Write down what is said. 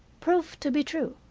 proved to be true.